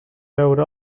veure